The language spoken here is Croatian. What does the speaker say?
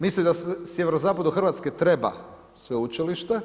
Mislim da sjeverozapadu Hrvatske treba sveučilište.